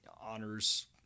honors